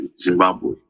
Zimbabwe